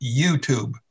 youtube